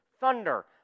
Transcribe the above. Thunder